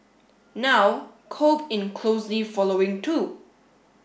now Kobe in closely following too